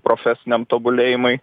profesiniam tobulėjimui